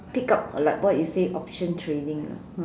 pick up like what you say option trading lah ah